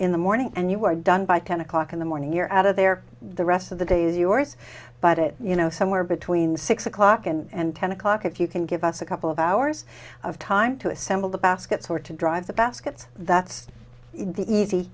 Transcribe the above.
in the morning and you are done by ten o'clock in the morning you're out of there the rest of the day is yours but it you know somewhere between six o'clock and ten o'clock if you can give us a couple of hours of time to assemble the baskets or to drive the baskets that's the easy